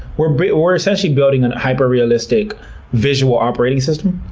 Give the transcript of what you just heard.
we're we're essentially building and a hyper realistic visual operating system.